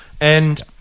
And-